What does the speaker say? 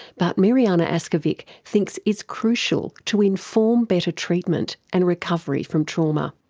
but mirjana askovic thinks it's crucial to inform better treatment and recovery from trauma.